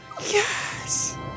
Yes